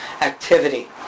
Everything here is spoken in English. activity